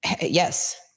yes